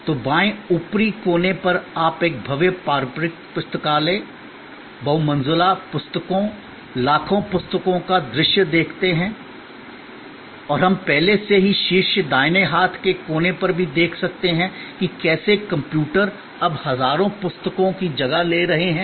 तो बाएं ऊपरी कोने पर आप एक भव्य पारंपरिक पुस्तकालय बहु मंजिला पुस्तकों लाखों पुस्तकों का दृश्य देखते हैं और हम पहले से ही शीर्ष दाहिने हाथ के कोने पर भी देख सकते हैं कि कैसे कंप्यूटर अब हजारों पुस्तकों की जगह ले रहे हैं